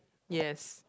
yes